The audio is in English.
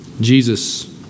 Jesus